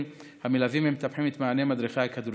המלווים ומטפחים את מאמני ומדריכי הכדורסל.